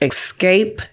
Escape